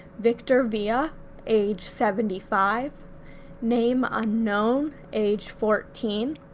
victor villa age seventy five name unknown age fourteen,